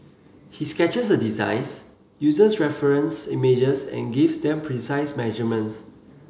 he sketches the designs uses reference images and gives them precise measurements